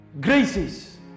graces